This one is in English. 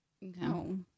No